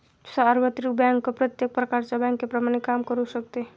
सार्वत्रिक बँक प्रत्येक प्रकारच्या बँकेप्रमाणे काम करू शकते